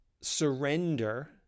surrender